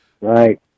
Right